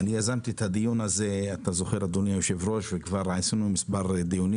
יזמתי את הדיון הזה וכבר ערכנו מספר דיונים